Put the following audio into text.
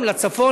לצערי,